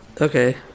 Okay